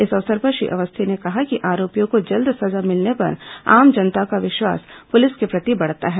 इस अवसर पर श्री अवस्थी ने कहा कि आरोपियों को जल्द सजा मिलने पर आम जनता का विश्वास पुलिस के प्रति बढ़ता है